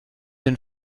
den